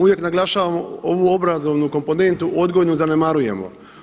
Uvijek naglašavamo ovu obrazovnu komponentu, odgojnu zanemarujemo.